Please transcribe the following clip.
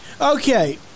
Okay